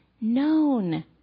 known